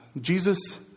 Jesus